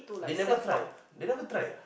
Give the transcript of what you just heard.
they never try they never try ah